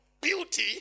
beauty